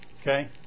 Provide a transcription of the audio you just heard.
Okay